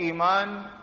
Iman